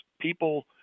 people